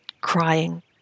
crying